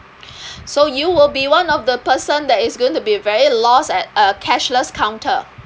so you will be one of the person that is going to be very lost at a cashless counter